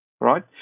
right